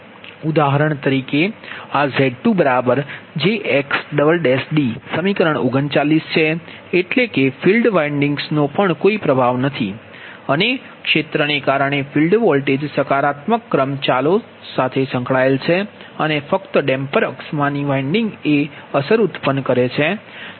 ઉદાહરણ તરીકે આ Z2jXd સમીકરણ 39 છે એટલે કે ફીલ્ડ વાઇંડિગ્નો પણ કોઈ પ્રભાવ નથી અને ક્ષેત્રને કારણે ફિલ્ડ વોલ્ટેજ સકારાત્મક ક્રમ ચલો સાથે સંકળાયેલ છે અને ફક્ત ડેમ્પર અક્ષમાં ની વાઇંડિગ એ અસર ઉત્પન્ન કરે છે